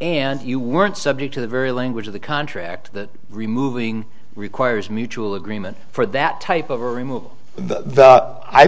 and you weren't subject to the very language of the contract that removing the choir's mutual agreement for that type of